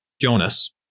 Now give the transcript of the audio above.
Jonas